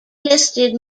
listed